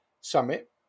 summit